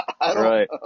Right